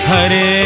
Hare